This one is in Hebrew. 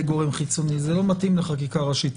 גורם חיצוני זה לא מתאים לחקיקה ראשית.